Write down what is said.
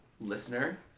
listener